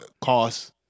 cost